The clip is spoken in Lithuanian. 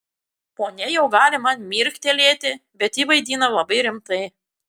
ponia jau gali man mirktelėti bet ji vaidina labai rimtai